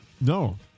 No